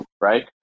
right